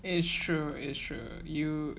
it's true it's true you